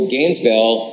Gainesville